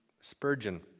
Spurgeon